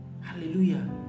Hallelujah